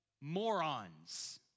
morons